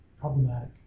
problematic